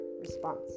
response